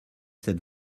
cette